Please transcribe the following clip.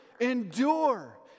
Endure